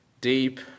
deep